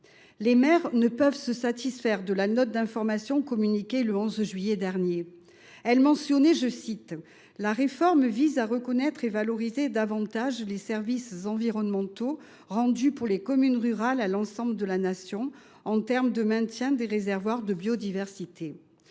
Les maires ne sauraient se satisfaire de la note d’information qui leur a été communiquée le 11 juillet dernier : la réforme, y est il écrit, « vise à reconnaître et valoriser davantage les services environnementaux rendus par les communes rurales à l’ensemble de la Nation en termes de maintien des réservoirs de biodiversité ».